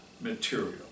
material